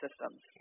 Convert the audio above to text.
systems